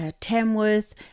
tamworth